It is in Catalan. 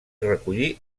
recollir